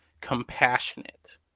Compassionate